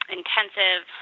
intensive